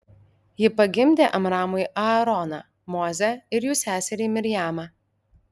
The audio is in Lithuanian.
ji pagimdė amramui aaroną mozę ir jų seserį mirjamą